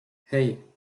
hey